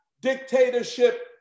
dictatorship